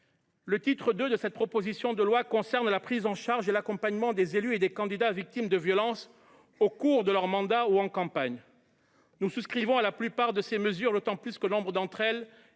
Le titre II de cette proposition de loi concerne la prise en charge et l’accompagnement des élus et des candidats victimes de violences au cours de leur mandat ou en campagne. Nous souscrivons d’autant plus à la plupart des mesures qui y figurent que nombre d’entre elles